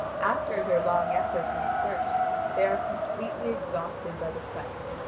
after their long efforts and search they are completely exhausted by the quest,